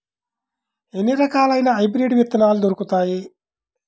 ఎన్ని రకాలయిన హైబ్రిడ్ విత్తనాలు దొరుకుతాయి?